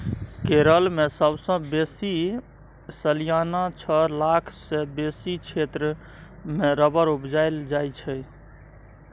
केरल मे सबसँ बेसी सलियाना छअ लाख सँ बेसी क्षेत्र मे रबर उपजाएल जाइ छै